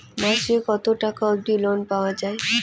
মাসে কত টাকা অবধি লোন পাওয়া য়ায়?